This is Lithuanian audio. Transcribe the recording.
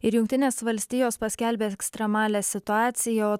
ir jungtinės valstijos paskelbė ekstremalią situaciją o